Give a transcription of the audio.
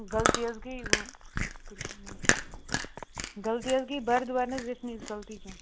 غلطی حظ گٔے وۄنۍ معٲفی غلطی حظ گٔے بارِدُبار نہٕ حظ گژھِ نہٕ یِژھ غلطی کیٚنٛہہ